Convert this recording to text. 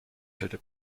kälte